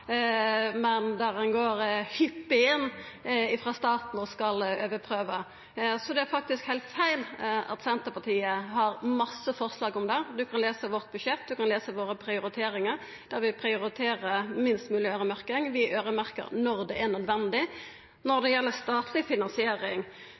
men som hyppig går inn frå staten og skal overprøva. Det er faktisk heilt feil at Senterpartiet har hatt mange forslag om det. Representanten kan lesa vårt budsjett. Ein kan lesa våre prioriteringar, og vi prioriterer minst mogleg øyremerking. Vi øyremerkjer når det er nødvendig. Når